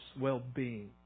well-being